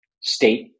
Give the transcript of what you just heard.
state